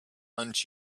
haunt